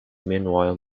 meanwhile